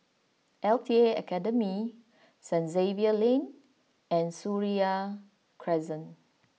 L T A Academy Saint Xavier's Lane and Seraya Crescent